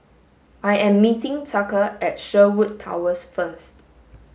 I am meeting Tucker at Sherwood Towers first